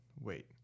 Wait